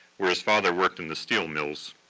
where his father worked in the steel mills.